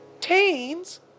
Teens